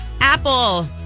Apple